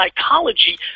psychology